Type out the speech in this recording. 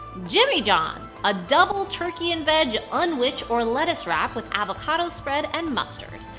jimmy john's. a double turkey and veg unwich, or lettuce wrap, with avocado spread and mustard.